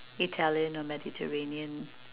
Italian or Mediterranean